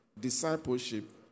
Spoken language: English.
discipleship